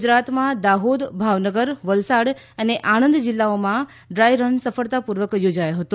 ગુજરાતમાં દાહોદ ભાવનગર વલસાડ અને આણંદ જિલ્લાઓમાં આજે ડ્રાયરન સફળતાપૂર્વક યોજાયો હતો